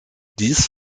dies